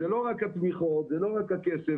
זה לא רק התמיכות ולא רק הכסף,